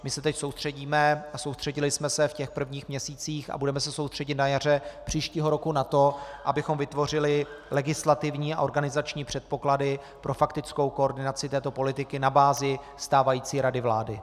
My se teď soustředíme a soustředili jsme se v těch prvních měsících a budeme se soustředit na jaře příštího roku na to, abychom vytvořili legislativní a organizační předpoklady pro faktickou koordinaci této politiky na bázi stávající rady vlády.